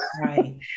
Right